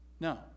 No